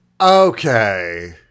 Okay